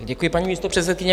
Děkuji, paní místopředsedkyně.